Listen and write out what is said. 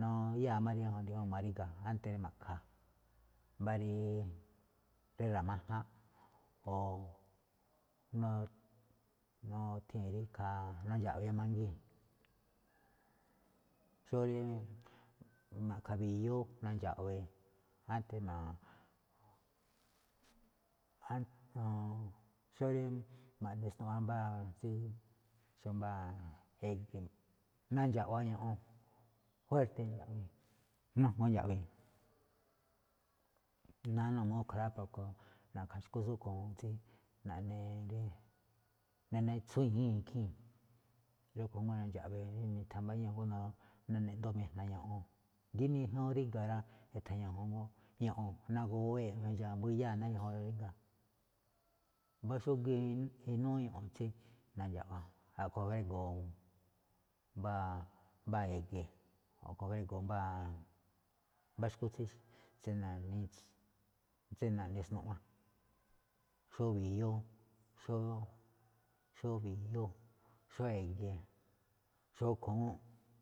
nduyáa̱ dí ñajuun ma̱ríga̱, ánte̱ rí ma̱ꞌkha̱, mbá rí ra̱máján o nuthee̱n rí ikhaa, nundxa̱ꞌwee̱ mangii̱n, xó rí ma̱ꞌkha̱ mbi̱yú na̱ndxa̱ꞌwe̱e̱ ánte̱ rí ma, xó rí ma̱ꞌne snuꞌwan mbáa tsí xó mbáa e̱ge̱, nu̱ndxa̱ꞌwa̱ ño̱ꞌo̱n fuérte̱ nu̱ndxa̱ꞌwe̱e̱, ninújngoo nundxa̱ꞌwe̱e̱, náá n uu rúꞌkhue̱n rá porke, na̱ꞌkha̱ xu̱kú tsúꞌkhue̱n juun tsí naꞌne rí, nanitsúún i̱jíi̱n ikhii̱n, rúꞌkhue̱n má nu̱ndxa̱ꞌwe̱e̱ rí mi̱tha̱mbáñúu̱ góne̱ nune̱ ꞌnduꞌ mi̱jna̱ ño̱ꞌo̱n. Dí ñajuun ríga̱ rá, ithan ño̱ꞌo̱n jngó, ño̱ꞌo̱n naguwée̱ꞌ nagúyáa̱ náá rí ñajuun ríga̱, jngó xúgíin inúú ño̱ꞌo̱n tsí na̱ndxa̱ꞌwa, a̱ꞌkhue̱n frego̱o̱ mbáa, mbáa e̱ge̱ o a̱khue̱n frego̱o̱ mbáa, mbáa xu̱kú tsí nanitsúu̱n, tsí naꞌne snuꞌwan, xó mbi̱yú, xó, xó mbi̱yú, xóꞌ e̱ge̱, xó khu̱únꞌ.